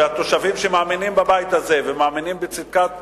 שהתושבים שמאמינים בבית הזה ומאמינים בצדקת